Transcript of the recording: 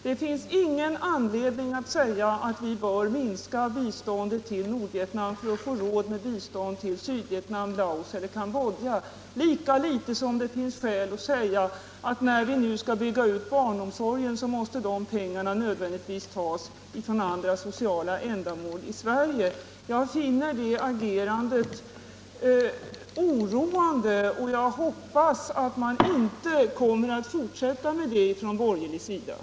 Det finns ingen anledning att säga att vi bör minska biståndet till Nordvietnam för att få råd till bistånd till Sydvietnam, Laos eller Cambodja, lika litet som det finns anledning säga, att när vi nu skall bygga ut barnomsorgen här i landet måste de pengarna nödvändigtvis tas ifrån anslagen för andra sociala ändamål. Jag finner det agerandet oroande, och jag hoppas att man inte kommer att fortsätta med det från den borgerliga sidan.